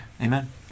Amen